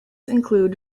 include